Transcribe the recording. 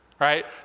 right